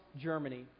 Germany